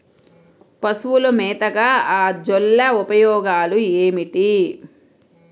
పశువుల మేతగా అజొల్ల ఉపయోగాలు ఏమిటి?